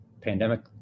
pandemic